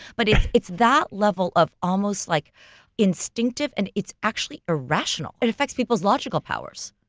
but it's it's that level of almost like instinctive and it's actually irrational. it affects people's logical powers.